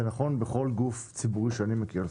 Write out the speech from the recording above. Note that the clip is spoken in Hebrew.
זה נכון בכל גוף ציבורי שאני מכיר.